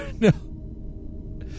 no